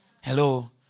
Hello